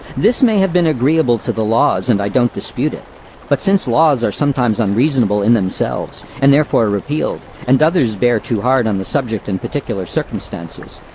this may have been agreeable to the laws, and i don't dispute it but since laws are sometimes unreasonable in themselves, and therefore repealed and others bear too hard on the subject in particular circumstances.